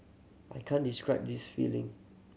I can't describe this feeling